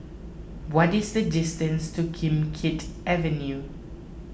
what is the distance to Kim Keat Avenue